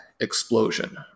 explosion